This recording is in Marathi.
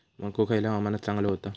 मको खयल्या हवामानात चांगलो होता?